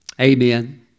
Amen